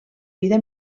vida